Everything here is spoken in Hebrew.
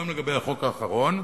גם לגבי החוק האחרון,